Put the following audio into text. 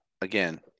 again